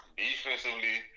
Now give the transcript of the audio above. defensively